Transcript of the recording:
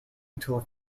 until